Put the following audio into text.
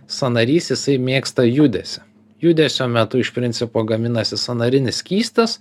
sąnarys jisai mėgsta judesį judesio metu iš principo gaminasi sąnarinis skystis